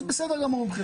מבחינתנו זה בסדר גמור.